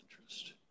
interest